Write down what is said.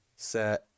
Set